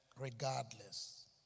regardless